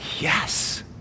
Yes